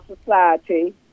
society